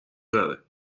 بره